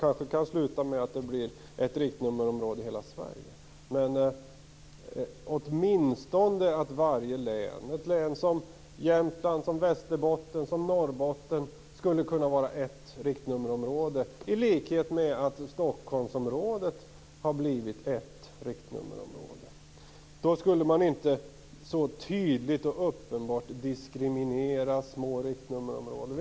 Det kan kanske sluta med att det blir ett riktnummer för hela Sverige. Ett län som Jämtland, Västerbotten eller Norrbotten skulle kunna utgöra ett riktnummerområde i likhet med att Stockholmsområdet har blivit ett enda riktnummerområde. Då skulle man inte så tydligt och uppenbart diskriminera små riktnummerområden.